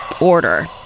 order